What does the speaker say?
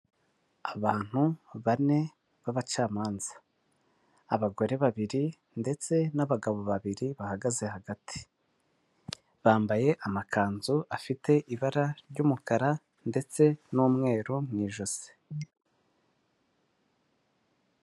Abantu bane b'abacamanza, abagore babiri ndetse n'abagabo babiri bahagaze hagati, bambaye amakanzu afite ibara ry'umukara ndetse n'umweru mu ijosi.